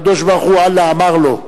הקדוש-ברוך-הוא, אללה, אמר לו,